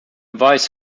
voice